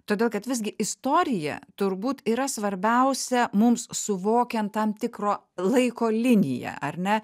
todėl kad visgi istorija turbūt yra svarbiausia mums suvokiant tam tikro laiko liniją ar ne